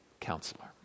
counselor